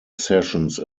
sessions